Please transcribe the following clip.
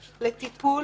לטיפול,